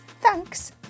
Thanks